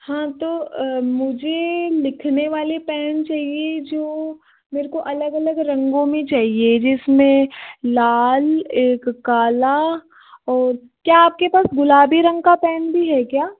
हाँ तो मुझे लिखने वाले पेन चाहिए जो मेरे को अलग अलग रंगों में चाहिए जिसमें लाल एक काला और क्या आपके पास गुलाबी रंग का पेन भी है क्या